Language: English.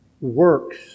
works